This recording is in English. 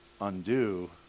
undo